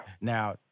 Now